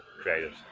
created